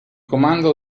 comando